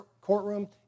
courtroom